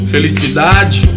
Felicidade